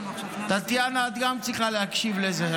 טטיאנה, גם את צריכה להקשיב לזה.